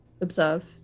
observe